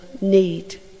need